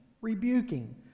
rebuking